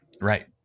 Right